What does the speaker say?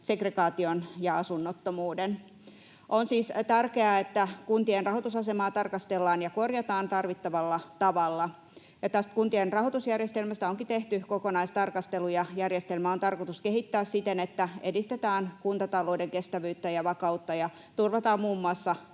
segregaation, ja asunnottomuuden. On siis tärkeää, että kuntien rahoitusasemaa tarkastellaan ja korjataan tarvittavalla tavalla. Tästä kuntien rahoitusjärjestelmästä onkin tehty kokonaistarkastelu, ja järjestelmää on tarkoitus kehittää siten, että edistetään kuntatalouden kestävyyttä ja vakautta ja turvataan muun muassa